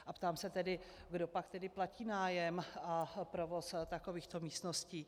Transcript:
A ptám se tedy, kdopak tedy platí nájem a provoz takovýchto místností.